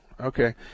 Okay